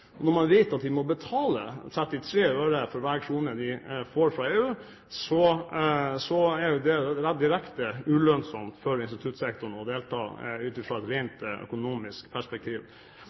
Når man vet at vi må betale 33 øre for hver krone vi får fra EU, er det jo direkte ulønnsomt for instituttsektoren å delta ut fra et rent økonomisk perspektiv.